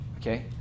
okay